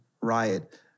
Riot